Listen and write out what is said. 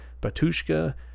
Batushka